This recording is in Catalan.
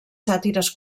sàtires